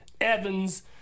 Evans